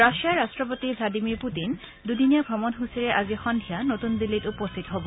ৰাছিয়াৰ ৰট্টপতি Vladimir Putin দুদিনীয়া ভ্ৰমণসূচীৰে আজি সন্ধিয়া নতুন দিল্লীত উপস্থিত হব